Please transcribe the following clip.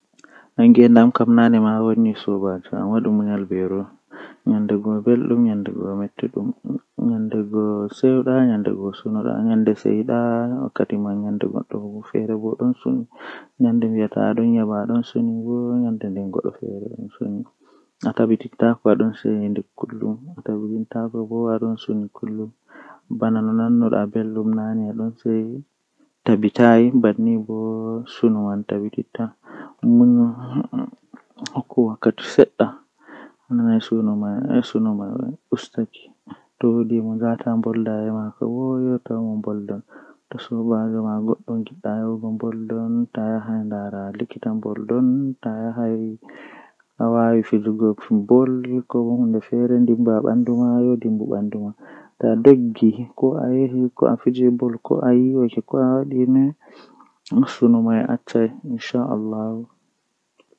Babal mi hollata ɓe kannjum woni babal ndiyam babal haa mayo woni haa ndiyam jippata, Ngam babal man mi ɓuri yiɗuki mi wiyan ɓe nda ha ndiyam jippata babal ɗo wooɗi masin ndiyam ɗon wurta haa bandu kooseje be ka'e totton mi fuɗɗata yarugo ɓe